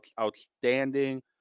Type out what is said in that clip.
outstanding